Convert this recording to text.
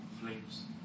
flames